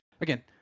again